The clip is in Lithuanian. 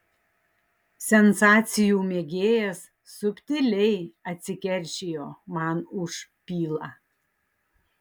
sensacijų mėgėjas subtiliai atsikeršijo man už pylą